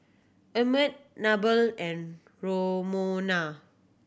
Emmett Mabel and Romona